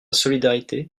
solidarité